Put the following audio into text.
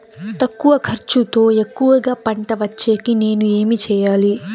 తక్కువ ఖర్చుతో ఎక్కువగా పంట వచ్చేకి నేను ఏమి చేయాలి?